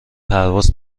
پرواز